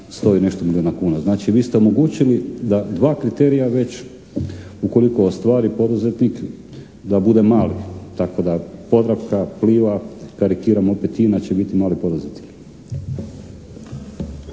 100 i nešto milijuna kuna. Znači vi ste omogućili da dva kriterija već ukoliko ostvari poduzetnik da bude mali. Tako da Podravka, Pliva, karikiram opet INA će biti mali poduzetnik.